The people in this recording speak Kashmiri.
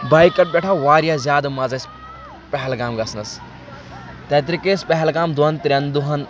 بایکن پٮ۪ٹھ آو واریاہ زیادٕ مَزٕ اَسہِ پہلگام گژھنَس تَتہِ رُکے أسۍ پہلگام دۅن ترٛین دۅہَن